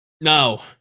No